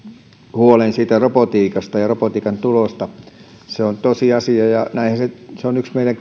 huoleen robotiikasta ja robotiikan tulosta se on tosiasia ja se on yksi meidän